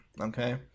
okay